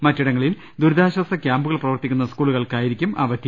മറ്റിടങ്ങളിൽ ദുരി താശ്വാസ കൃാമ്പുകൾ പ്രവർത്തിക്കുന്ന സ്കൂളുകൾക്കായിരിക്കും അവധി